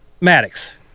Maddox